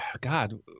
God